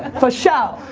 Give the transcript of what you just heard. but show.